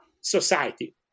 society